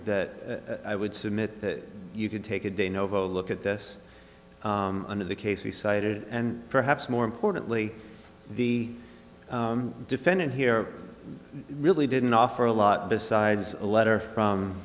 that i would submit that you could take a de novo look at this under the case he cited and perhaps more importantly the defendant here really didn't offer a lot besides a letter from